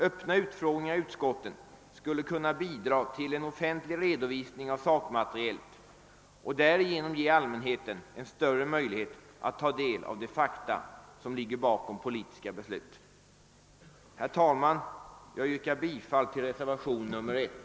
Öppna utfrågningar i utskotten skulle kunna bidra till en offentlig redovisning av sakmaterialet och därigenom ge allmänheten större möjlighet att ta del av de fakta som ligger bakom politiska beslut. Herr talman! Jag yrkar bifall till reservationen 1.